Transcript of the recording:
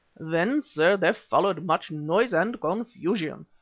then, sir, there followed much noise and confusion.